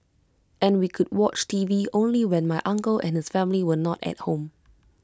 and we could watch T V only when my uncle and his family were not at home